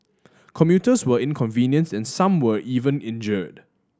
commuters were inconvenienced and some were even injured